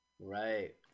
Right